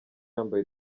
yambaye